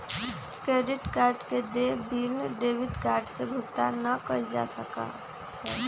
credit card के देय bill debit card से भुगतान ना कइल जा सका हई